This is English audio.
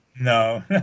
no